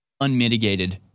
unmitigated